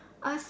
us